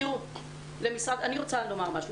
תראו, אני רוצה לומר משהו.